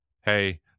Hey